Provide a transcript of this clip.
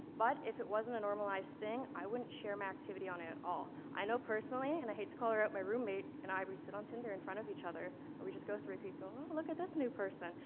but if it wasn't a normalized thing, i wouldn't share my activity on it at all. i know personally, and i hate to call her out, my roommate and i, we sit on tinder in front of each other, and we just go through people oh, look at this new person.